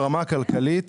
ברמה הכלכלית,